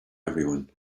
everyone